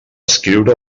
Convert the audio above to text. escriure